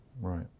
right